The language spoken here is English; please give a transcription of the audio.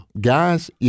Guys